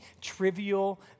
trivial